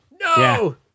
No